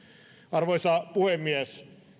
arvoisa puhemies